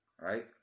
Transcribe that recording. Right